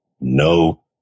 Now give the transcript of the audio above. no